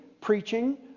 preaching